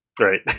right